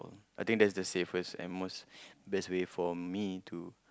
I think that's the safest and most best way for me to